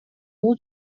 бул